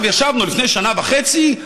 ישבנו לפני שנה וחצי,